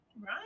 right